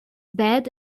bad